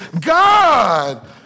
God